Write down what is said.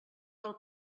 del